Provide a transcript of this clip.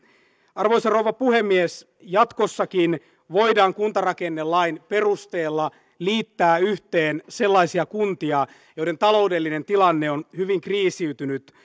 arvoisa rouva puhemies jatkossakin voidaan kuntarakennelain perusteella liittää yhteen sellaisia kuntia joiden taloudellinen tilanne on hyvin kriisiytynyt